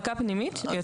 ארבעה.